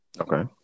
okay